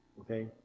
okay